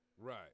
Right